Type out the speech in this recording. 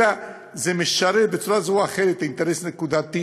אלא זה משרת בצורה זו או אחרת אינטרס נקודתי